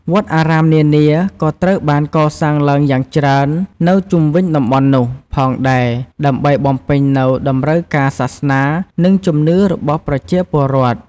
វត្តអារាមនានា ក៏ត្រូវបាន កសាងឡើងយ៉ាងច្រើន នៅ ជុំវិញតំបន់នោះ ផងដែរ ដើម្បីបំពេញនូវ តម្រូវការសាសនា និង ជំនឿ របស់ ប្រជាពលរដ្ឋ។